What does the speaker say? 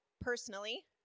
personally